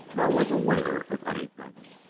nor was aware of anything.